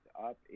up